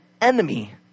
enemy